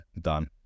Done